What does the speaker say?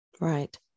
Right